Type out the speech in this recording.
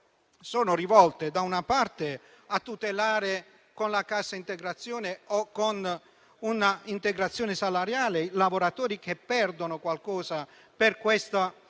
sono volte, da una parte, a tutelare con la cassa integrazione o con una integrazione salariale i lavoratori che perdono qualcosa per